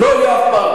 לא יהיה אף פעם.